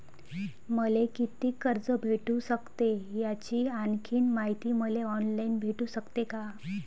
मले कितीक कर्ज भेटू सकते, याची आणखीन मायती मले ऑनलाईन भेटू सकते का?